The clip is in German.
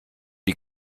die